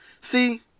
See